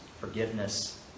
forgiveness